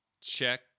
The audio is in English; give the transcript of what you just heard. Check